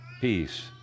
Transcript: Peace